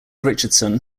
richardson